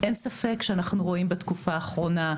אין ספק שאנחנו רואים בתקופה האחרונה,